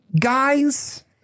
guys